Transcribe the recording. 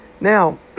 Now